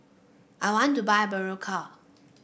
I want to buy Berocca